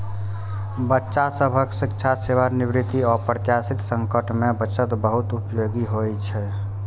बच्चा सभक शिक्षा, सेवानिवृत्ति, अप्रत्याशित संकट मे बचत बहुत उपयोगी होइ छै